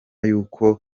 y’uko